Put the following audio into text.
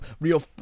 real